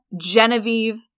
Genevieve